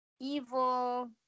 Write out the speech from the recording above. evil